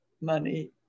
money